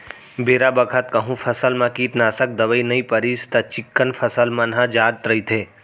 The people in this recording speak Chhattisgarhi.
बेरा बखत कहूँ फसल म कीटनासक दवई नइ परिस त चिक्कन फसल मन ह जात रइथे